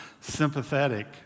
sympathetic